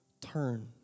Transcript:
turn